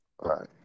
Right